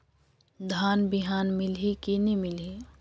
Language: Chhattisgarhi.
धान बिहान मिलही की नी मिलही?